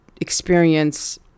experience